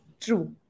True